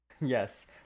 yes